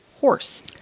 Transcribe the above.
horse